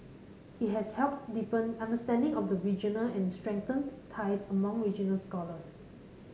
it has helped deepen understanding of the region and strengthened ties among regional scholars